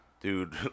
Dude